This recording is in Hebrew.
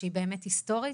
שהיא באמת היסטורית